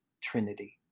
Trinity